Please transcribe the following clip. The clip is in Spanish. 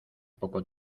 poco